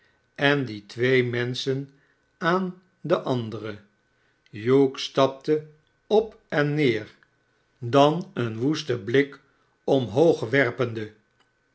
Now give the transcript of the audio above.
en die twee menschen aan den anderen hugh stapte op en neer dan een woesten blik